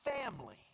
family